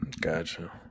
gotcha